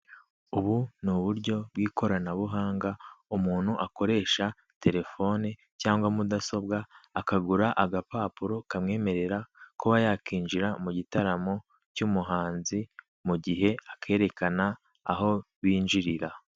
Ubu ni uburyo bw'ikoranabuhanga, umuntu akoresha telefone cyangwa mudasobwa, akagura agapapuro kamwemerera kuba yakinjira mugitaramo cy'umuhanzi, mugihe akerekana aho binjirira.